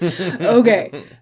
Okay